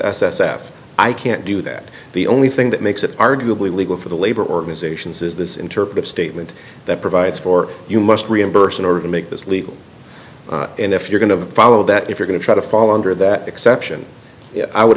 s f i can't do that the only thing that makes it arguably legal for the labor organizations is this interpretive statement that provides for you must reimburse in order to make this legal and if you're going to follow that if you're going to try to fall under that exception i would